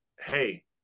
hey